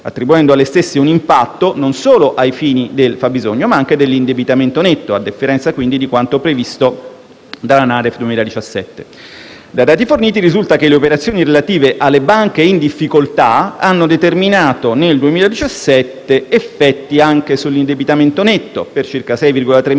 attribuendo alle stesse un impatto, non solo ai fini del fabbisogno, ma anche dell'indebitamento netto (a differenza quindi di quanto previsto dalla NADEF 2017). Dai dati forniti risulta che le operazioni relative alle banche in difficoltà hanno determinato nel 2017 effetti anche sull'indebitamento netto per circa 6,3 miliardi,